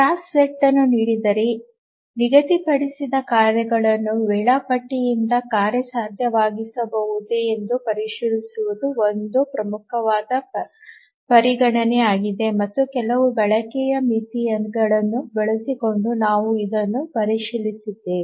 task set ಅನ್ನು ನೀಡಿದರೆ ನಿಗದಿಪಡಿಸಿದ ಕಾರ್ಯಗಳನ್ನು ವೇಳಾಪಟ್ಟಿಯಿಂದ ಕಾರ್ಯಸಾಧ್ಯವಾಗಿಸಬಹುದೇ ಎಂದು ಪರಿಶೀಲಿಸುವುದು ಒಂದು ಪ್ರಮುಖವಾದ ಪರಿಗಣನೆಯಾಗಿದೆ ಮತ್ತು ಕೆಲವು ಬಳಕೆಯ ಮಿತಿಗಳನ್ನು ಬಳಸಿಕೊಂಡು ನಾವು ಇದನ್ನು ಪರಿಶೀಲಿಸಿದ್ದೇವೆ